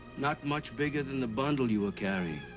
not much bigger than the bundle you were carrying.